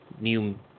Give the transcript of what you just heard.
new